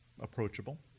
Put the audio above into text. approachable